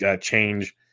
change